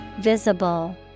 Visible